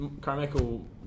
Carmichael